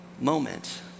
moment